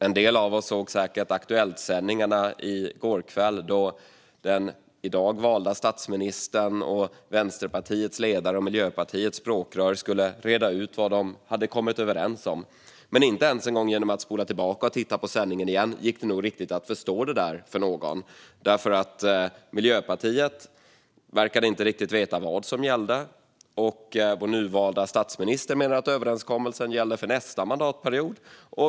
En del av oss såg säkert Aktuellt sändningen i går kväll, där den i dag valda statsministern, Vänsterpartiets ledare och Miljöpartiets språkrör skulle reda ut vad de hade kommit överens om. Men inte ens en gång genom att spola tillbaka och titta på sändningen igen gick det nog riktigt att förstå för någon. Miljöpartiet verkade inte riktigt veta vad som gällde. Vår nyvalda statsminister menade att överenskommelsen gällde för nästa mandatperiod.